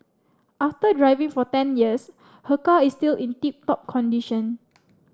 after driving for ten years her car is still in tip top condition